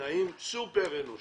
בתנאים סופר אנושיים,